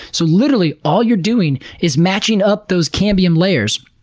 so literally all you're doing is matching up those cambium layers.